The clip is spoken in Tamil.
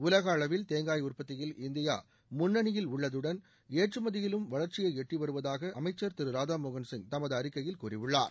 உலக அளவில் தேங்காய் உற்பத்தியில் இந்தியா முன்னணியில் உள்ளதுடன் ஏற்றுமதியிலும் வளர்ச்சியை எட்டிவருவதாக அமைச்சர் திரு ராதாமோகள் சிங் தமது அறிக்கையில் கூறியுள்ளார்